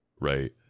right